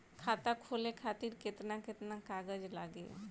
खाता खोले खातिर केतना केतना कागज लागी?